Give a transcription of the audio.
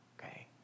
okay